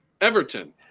Everton